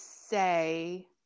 say